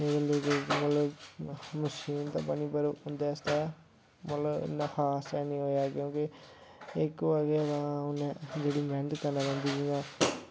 मतलव मशीन ते बनी पर उंदे आस्तै मतलव इन्ना खास हैनी होआ क्योंके इक होआ के उनें जेह्ड़ी मैह्नत करना पौंदी जियां